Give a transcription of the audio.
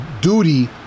duty